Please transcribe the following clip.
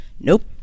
nope